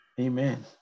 Amen